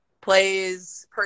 plays